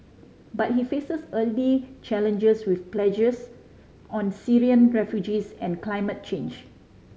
but he faces early challenges with pledges on Syrian refugees and climate change